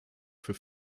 für